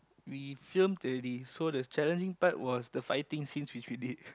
we film already so the challenging part was the fighting scenes which we did